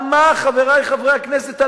על מה, חברי חברי הכנסת?